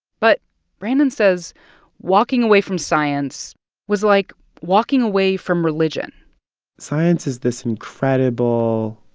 but brandon says walking away from science was like walking away from religion science is this incredible,